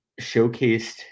showcased